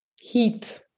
Heat